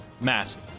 Massive